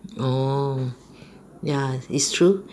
orh ya is true